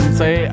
say